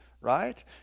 right